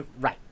Right